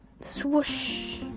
swoosh